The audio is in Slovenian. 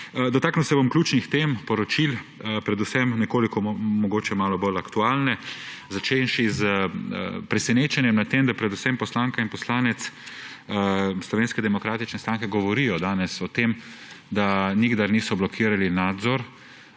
se bom ključnih tem poročil, predvsem mogoče malo bolj aktualne, začenši z presenečenjem na tem, da predvsem poslanka in poslanec Slovenske demokratične stranke govorita danes o tem, da nikdar niso blokirali nadzora.